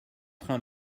train